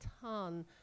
ton